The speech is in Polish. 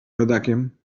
rodakiem